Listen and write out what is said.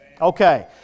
Okay